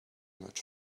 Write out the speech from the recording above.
much